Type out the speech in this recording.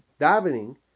davening